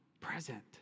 present